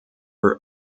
are